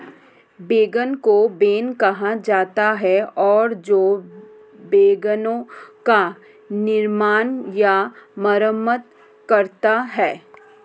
wagon को wain कहा जाता था और जो वैगनों का निर्माण या मरम्मत करता है